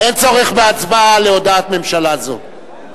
אין צורך בהצבעה על הודעת ממשלה זו.